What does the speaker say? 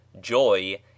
joy